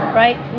right